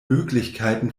möglichkeiten